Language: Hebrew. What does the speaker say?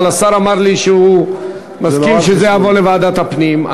אבל השר אמר לי שהוא מסכים שזה יעבור לוועדת הפנים.